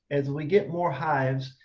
as we get more hives,